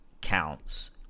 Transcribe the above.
counts